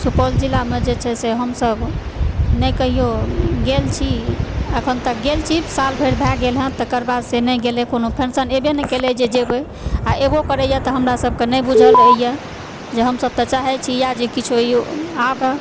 सुपौल जिलामे जे छै से हमसभ नहि कहिओ गेल छी अखन तक गेल छी साल भर भै भेल हँ तकर बाद से नहि गेलय कोनो पेन्शन एबय नहि केलय जे जेबय आ एबो करयए तऽ हमरा सभके नहि बुझल रहयए जे हमसभ तऽ चाहैत छी इएह जे किछो आबय